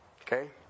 Okay